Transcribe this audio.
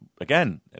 again